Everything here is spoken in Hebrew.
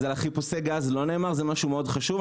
אז חיפושי הגז הם משהו שלא נאמר וזה מאוד חשוב,